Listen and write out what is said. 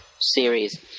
series